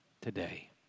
today